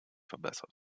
verbessert